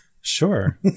Sure